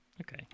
okay